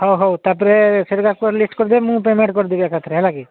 ହଉ ହଉ ତା ପରେ ସେଗୁଡ଼ା କୁହ ଲିଷ୍ଟ୍ କରିଦେବେ ମୁଁ ପେମେଣ୍ଟ୍ କରିଦେବି ଏକାଥରେ ହେଲା କି